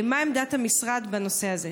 מה עמדת המשרד בנושא הזה?